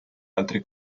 altri